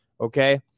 Okay